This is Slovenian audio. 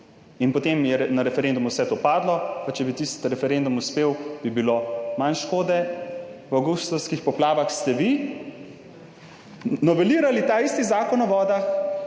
in potem je na referendumu vse to padlo pa če bi tisti referendum uspel bi bilo manj škode. V avgustovskih poplavah ste vi novelirali ta isti zakon o vodah